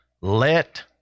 Let